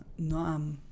noam